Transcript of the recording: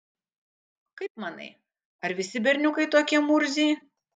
kaip manai ar visi berniukai tokie murziai